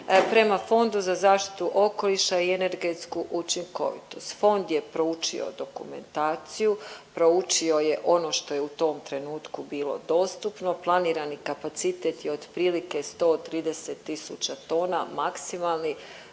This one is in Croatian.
prema Fondu za zaštitu okoliša i energetsku učinkovitost. Fond je proučio dokumentaciju, proučio je ono što je u tom trenutku bilo dostupno. Planirani kapacitet je otprilike 130 tisuća tona maksimalni